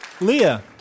Leah